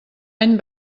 any